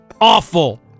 Awful